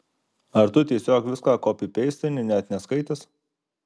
ar tu tiesiog viską kopipeistini net neskaitęs